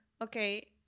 okay